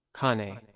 Kane